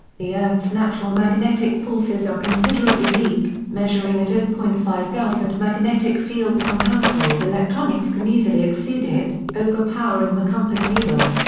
the earth's natural magnetic forces are considerably weak, measuring at zero point five gauss and magnetic fields from household electronics can easily exceed it, overpowering the compass needle.